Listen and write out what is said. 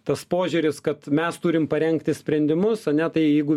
tas požiūris kad mes turim parengti sprendimus ane tai jeigu